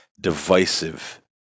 divisive